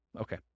Okay